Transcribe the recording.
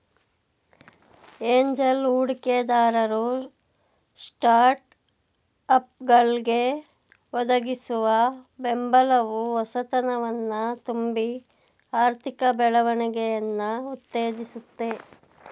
angel ಹೂಡಿಕೆದಾರರು ಸ್ಟಾರ್ಟ್ಅಪ್ಗಳ್ಗೆ ಒದಗಿಸುವ ಬೆಂಬಲವು ಹೊಸತನವನ್ನ ತುಂಬಿ ಆರ್ಥಿಕ ಬೆಳವಣಿಗೆಯನ್ನ ಉತ್ತೇಜಿಸುತ್ತೆ